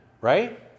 right